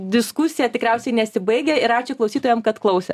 diskusija tikriausiai nesibaigia ir ačiū klausytojam kad klausėt